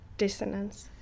Dissonance